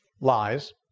lies